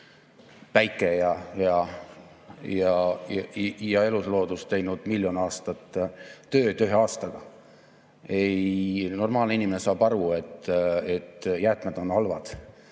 päike ja elusloodus teinud miljon aastat tööd, ühe aastaga. Normaalne inimene saab aru, et jäätmed on halvad,